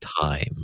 time